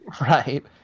right